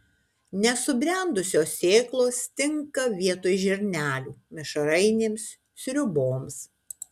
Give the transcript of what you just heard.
nesubrendusios sėklos tinka vietoj žirnelių mišrainėms sriuboms